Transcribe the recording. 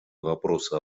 вопроса